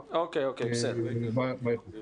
וכך גם חברי ועדת החינוך בכנסת,